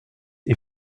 est